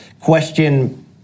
question